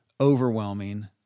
overwhelming